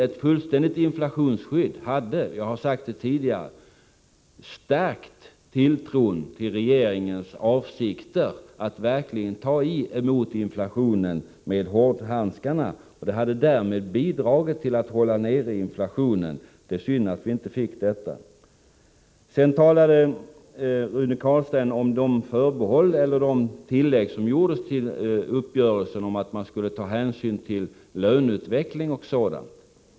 Ett fullständigt inflationsskydd skulle, det har jag sagt tidigare, ha stärkt tilltron till regeringens avsikter att verkligen ta i med hårdhandskarna mot inflationen. Det hade därmed bidragit till att hålla nere inflationen. Det är synd att vi inte fick ett sådant. Sedan talade Rune Carlstein om det tillägg som gjordes till uppgörelsen om att man skulle ta hänsyn till löneutvecklingen etc.